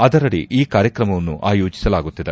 ಅದರದಿ ಈ ಕಾರ್ಯಕ್ರಮವನ್ನು ಆಯೋಜಿಸಲಾಗುತ್ತಿದೆ